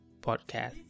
podcast